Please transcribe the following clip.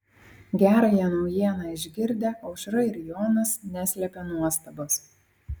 gerąją naujieną išgirdę aušra ir jonas neslėpė nuostabos